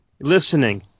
listening